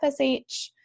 FSH